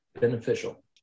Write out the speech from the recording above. beneficial